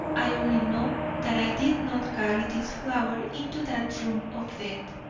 i only know that i did not carry this flower into that room of death.